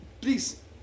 Please